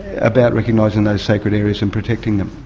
about recognising those sacred areas and protecting them.